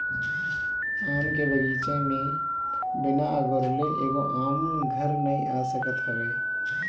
आम के बगीचा में बिना अगोरले एगो आम घरे नाइ आ सकत हवे